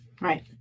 Right